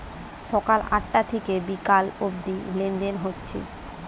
সকাল আটটা থিকে বিকাল অব্দি লেনদেন হচ্ছে